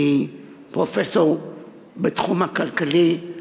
מפרופסור בתחום הכלכלי,